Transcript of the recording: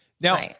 Now